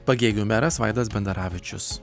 pagėgių meras vaidas bendaravičius